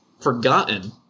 forgotten